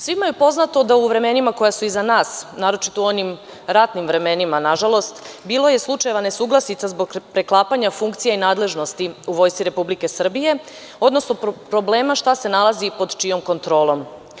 Svima je poznato da u vremenima koja su iza nas, naročito u onim ratnim vremenima nažalost, bilo je slučajeva nesuglasica zbog preklapanja funkcije i nadležnosti u Vojsci Republike Srbije, odnosno problema šta se nalazi pod čijom kontrolom.